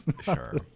Sure